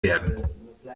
werden